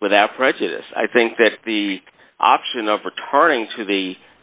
without prejudice i think that the option of returning to the